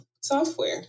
software